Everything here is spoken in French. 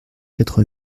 quatre